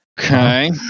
Okay